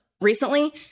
recently